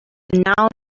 now